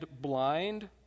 blind